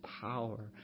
power